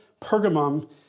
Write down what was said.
Pergamum